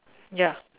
ya